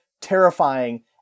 terrifying